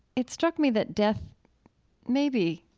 it struck me that death maybe,